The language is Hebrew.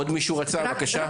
עוד מישהו רצה, בבקשה?